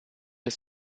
ist